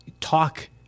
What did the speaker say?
talk